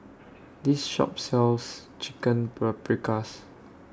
This Shop sells Chicken Paprikas